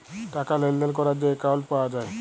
টাকা লেলদেল ক্যরার যে একাউল্ট পাউয়া যায়